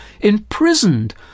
imprisoned